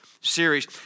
series